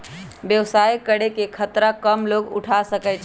व्यवसाय करे के खतरा कम लोग उठा सकै छै